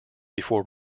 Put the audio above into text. before